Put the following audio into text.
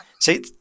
See